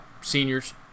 seniors